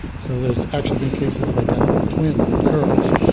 so there've actually been cases of identical twin girls,